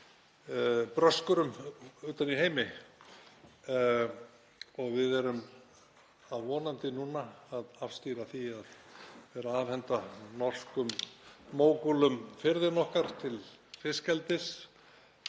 bröskurum utan í heimi. Við erum vonandi núna að afstýra því að vera að afhenda norskum mógúlum firðina okkar til fiskeldis